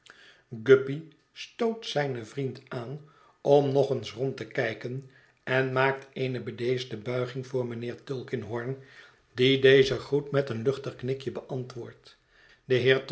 zijn vriend aan om nog eens rond te kijken en maakt eene bedeesde buiging voor mijnheer tulkinghorn die dezen groet meteen luchtig knikje beantwoordt de